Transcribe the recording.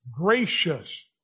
gracious